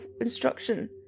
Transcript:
instruction